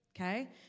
okay